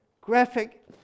graphic